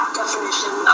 definition